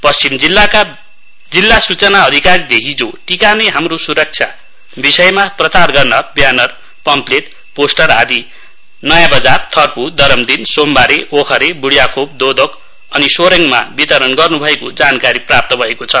पश्चिम जिल्लाका जिल्ला सूचना अधिकारीले हिजो टीका नै हाम्रो सुरक्षा विषयमा प्रचार गर्न ब्यानर पमप्लेट पोस्टर आदि नयाँ बजार थर्पू दरामदीन सोमबारे ओखरे ब्ढियाखोप दोदक अनि सोरेङमा वितरण गर्न् भएको जानकारी प्राप्त भएको छ